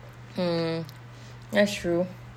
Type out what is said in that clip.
mm that's true